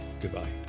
Goodbye